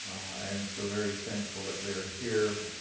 i am so very thankful that they're here,